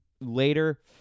later